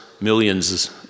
millions